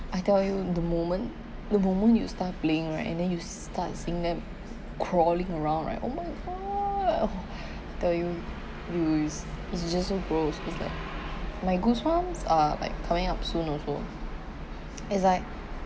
I tell you the moment the moment you start playing right and then you start seeing them crawling around right oh my god oh tell you you will it's just so gross is like my goosebumps are like coming up soon also it's like